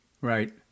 Right